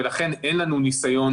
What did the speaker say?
ולכן אין לנו ניסיון